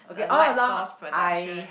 the light sauce production